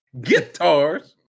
Guitars